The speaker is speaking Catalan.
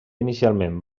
inicialment